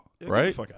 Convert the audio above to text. right